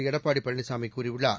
எடப்பாடி பழனிசாமி கூறியுள்ளார்